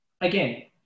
again